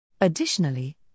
Additionally